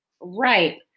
Right